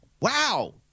Wow